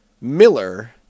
Miller